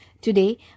Today